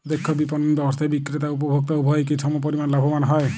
দক্ষ বিপণন ব্যবস্থায় বিক্রেতা ও উপভোক্ত উভয়ই কি সমপরিমাণ লাভবান হয়?